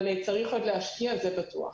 אבל צריך עוד להשקיע, זה בטוח.